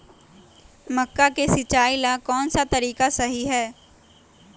मक्का के सिचाई ला कौन सा तरीका सही है?